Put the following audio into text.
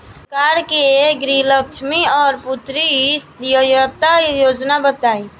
सरकार के गृहलक्ष्मी और पुत्री यहायता योजना बताईं?